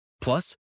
Plus